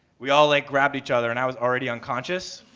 we all, like, grabbed each other and i was already unconscious.